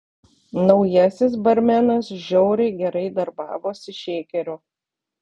naujasis barmenas žiauriai gerai darbavosi šeikeriu